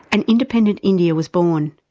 an independent india was born.